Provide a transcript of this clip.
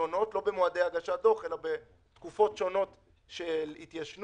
שונות של התיישנות,